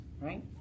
Right